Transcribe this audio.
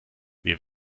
wir